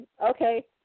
okay